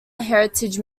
heritage